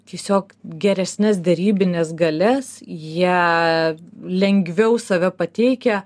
tiesiog geresnes derybines galias jie lengviau save pateikia